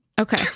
Okay